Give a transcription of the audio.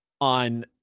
on